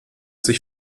sich